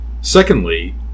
Secondly